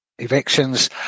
Evictions